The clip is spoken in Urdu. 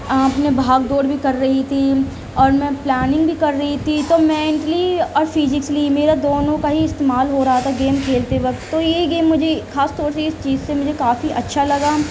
اپنے بھاگ دوڑ بھی کر رہی تھی اور میں پلاننگ بھی کر رہی تھی تو مینٹلی اور فیزیکلی میرا دونوں کو ہی استعمال ہو رہا تھا گیم کھیلتے وقت تو یہ گیم مجھے خاص طور سے اس چیز سے مجھے کافی اچّھا لگا